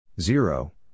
Zero